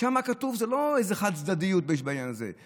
זה לא איזו חד-צדדיות בעניין הזה,